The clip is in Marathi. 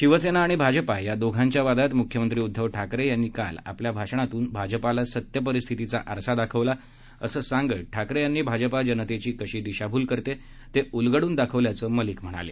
शिवसेना आणि भाजप या दोघांच्या वादात मुख्यमंत्री उद्दव ठाकरे यांनी काल आपल्या भाषणातून भाजपला सत्य परिस्थितीचा आरसा दाखवला आहे असं सांगत ठाकरे यांनी भाजप जनतेची कशी दिशाभूल करतेय ते उलगडून दाखवल्याचं मलिक म्हणाले